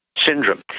syndrome